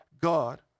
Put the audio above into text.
God